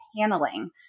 paneling